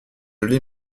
les